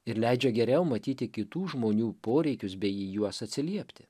ir leidžia geriau matyti kitų žmonių poreikius bei į juos atsiliepti